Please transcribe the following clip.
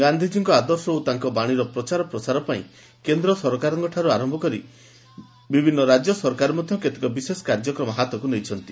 ଗାନ୍ଧୀଙ୍କ ଆଦର୍ଶ ଓ ତାଙ୍କ ବାଶୀର ପ୍ରଚାର ପ୍ରସାର ପାଇଁ କେନ୍ଦ୍ ସରକାରଙ୍କ ଠାରୁ ଆର ରାଜ୍ୟ ସରକାର ମଧ୍ଧ କେତେକ ବିଶେଷ କାର୍ଯ୍ୟକ୍ରମ ହାତକୁ ନେଇଛନ୍ତି